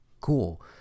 cool